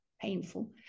painful